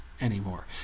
anymore